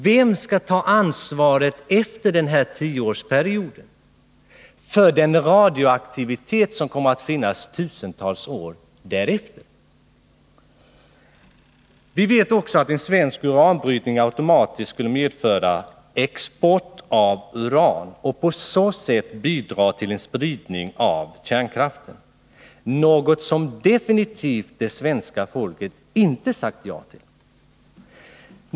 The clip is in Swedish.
Vem skall ta ansvaret efter tioårsperioden för den radioaktivitet som kommer att finnas tusentals år framöver? Vi vet också att en svensk uranbrytning automatiskt skulle medföra export av uran och på så sätt bidra till en spridning av kärnkraften, något som det svenska folket absolut inte har sagt ja till.